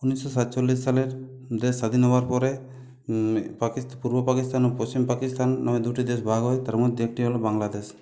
উনিশশো সাতচল্লিশ সালের দেশ স্বাধীন হওয়ার পরে পূর্ব পাকিস্তান ও পশ্চিম পাকিস্তান ওই দুটি দেশ ভাগ হয় তার মধ্যে একটি হল বাংলাদেশ